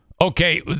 okay